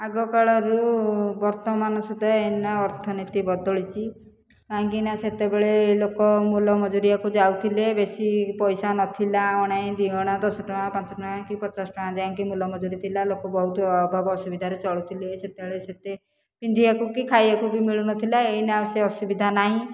ଆଗ କାଳରୁ ବର୍ତ୍ତମାନ ସୁଦ୍ଧା ଏଇନା ଅର୍ଥନୀତି ବଦଳିଛି କାହିଁକିନା ସେତେବେଳେ ସମୟରେ ଲୋକ ମୂଲ ମଜୁରୀଆକୁ ଯାଉଥିଲେ ସେତେବେଳେ ବେଶୀ ପଇସା ନଥିଲା ଅଣେ ଦୁଇ ଅଣା ଦଶ ଟଙ୍କା ପାଞ୍ଚ ଟଙ୍କା କି ପଚାଶ ଟଙ୍କା ଯାଇକି ମୂଲ ମଜୁରୀ ଥିଲା ଲୋକ ବହୁତ ଅଭାବ ଅସୁବିଧାରେ ଚଳୁଥିଲେ ସେତେବେଳେ ସେତେ ପିନ୍ଧିବାକୁ କି ଖାଇବାକୁ ବି ମିଳୁ ନଥିଲା ଏଇନା ଆଉ ସେ ଅସୁବିଧା ନାହିଁ